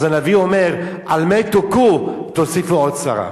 אז הנביא אומר: "על מה תֻכּו עוד תוסיפו סרה".